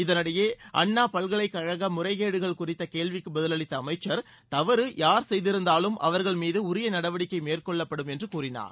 இதனிடையே அண்ணா பல்கலைக்கழக முறைகேடுகள் குறித்த கேள்விக்கு பதிலளித்த அமைச்சர் தவறு யார் செய்திருந்தாலும் அவர்கள் மீது உரிய நடவடிக்கை மேற்கொள்ளப்படும் என்று கூறினார்